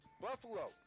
Buffalo